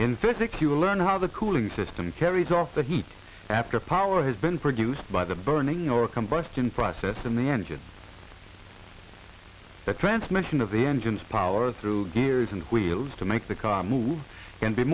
in physics you learn how the cooling system carries off that heat after power has been produced by the burning or combustion process in the engine the transmission of the engines power through gears and wheels to make the car move can be